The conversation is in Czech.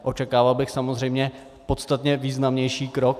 Očekával bych samozřejmě podstatně významnější krok.